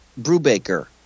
Brubaker